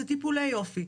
זה טיפולי יופי.